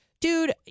dude